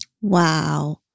Wow